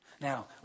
Now